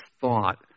thought